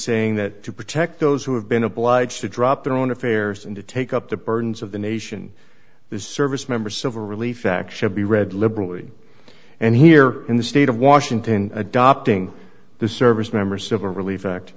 saying that to protect those who have been obliged to drop their own affairs and to take up the burdens of the nation this service member civil relief act should be read liberally and here in the state of washington adopting this service member civil relief act